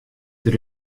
der